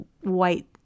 white